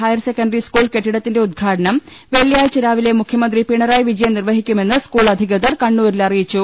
higher secondary school കെട്ടിടത്തിന്റെ ഉദ്ഘാടനം വെള്ളിയാഴ്ച രാവിലെ മുഖ്യമന്ത്രി പിണറായി വിജയൻ നിർവ ഹിക്കുമെന്ന് സ്കൂൾ അധികൃതർ കണ്ണൂരിൽ അറിയിച്ചു